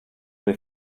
they